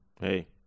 hey